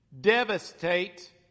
Devastate